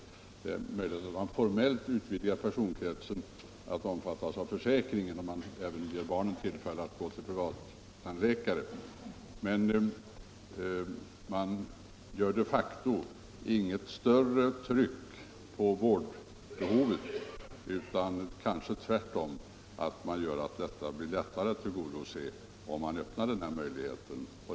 Det är möjligt att man formellt utvidgar den personkrets som omfattas av försäkringen om man ger även barnen tillfälle att gå till privattandläkare med försäkringsgaranti. Men man åstadkommer de facto inget större tryck i vårdbehovet, utan tvärtom gör man det kanske lättare att tillgodose vårdbehovet, om man öppnar den här möjligheten.